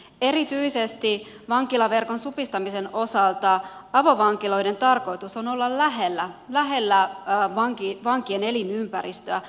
erityisesti vankilaverkon supistamisen osalta avovankiloiden tarkoitus on olla lähellä vankien elinympäristöä